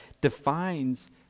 defines